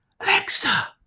Alexa